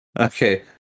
Okay